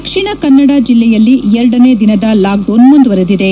ದಕ್ಷಿಣ ಕನ್ನಡ ಜಿಲ್ಲೆಯಲ್ಲಿ ಎರಡನೇ ದಿನದ ಲಾಕ್ಡೌನ್ ಮುಂದುವರಿದಿದೆ